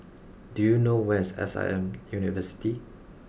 do you know where is S I M University